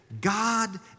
God